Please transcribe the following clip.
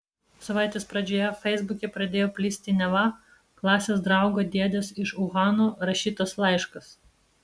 savaitės pradžioje feisbuke pradėjo plisti neva klasės draugo dėdės iš uhano rašytas laiškas